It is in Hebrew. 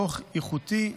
דוח איכותי,